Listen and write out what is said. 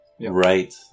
Right